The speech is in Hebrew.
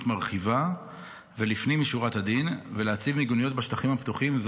מרחיבה ולפנים משורת הדין ולהציב מיגוניות בשטחים הפתוחים,